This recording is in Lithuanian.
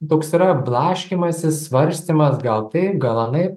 toks yra blaškymasis svarstymas gal taip gal anaip